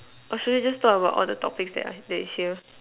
or should we just talk about all the topics that are that is here